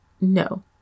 no